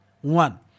One